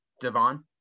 Devon